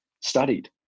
studied